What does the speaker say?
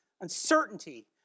Uncertainty